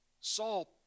Saul